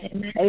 Amen